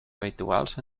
habituals